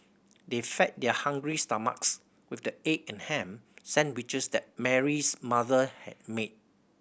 they fed their hungry stomachs with the egg and ham sandwiches that Mary's mother had made